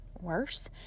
worse